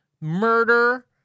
murder